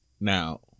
Now